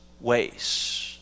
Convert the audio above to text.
ways